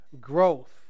growth